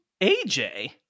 AJ